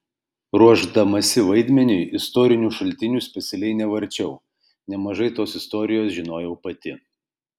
ruošdamasi vaidmeniui istorinių šaltinių specialiai nevarčiau nemažai tos istorijos žinojau pati